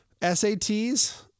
SATs